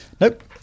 nope